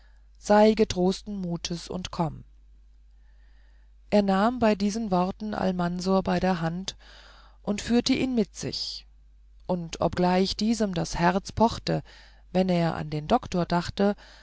sei getrosten mutes und komm er nahm bei diesen worten almansor bei der hand und führte ihn mit sich und obgleich diesem das herz pochte wenn er an den doktor dachte